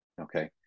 Okay